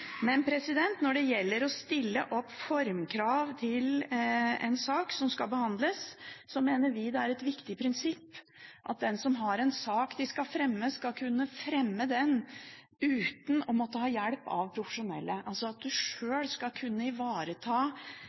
Men når det gjelder det å stille formkrav til en sak som skal behandles, mener vi det er et viktig prinsipp at de som har en sak de skal fremme, skal kunne fremme den uten å måtte ha hjelp av profesjonelle – altså at du sjøl skal kunne ivareta